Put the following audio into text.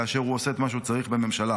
כאשר הוא עושה את מה שצריך בממשלה.